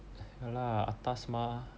ya lah atas mah